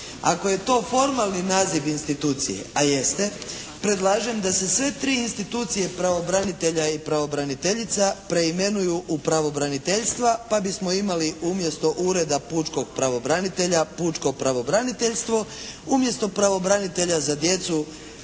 Ako je to formalni naziv institucije, a jeste, predlažem da se sve tri institucije pravobranitelja i pravobraniteljica preimenuju u pravobraniteljstva, pa bismo imali umjesto Ureda pučkog pravobranitelja, Pučko pravobraniteljstvo. Umjesto pravobranitelja za djecu,